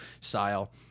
style